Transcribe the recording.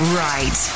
right